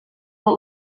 what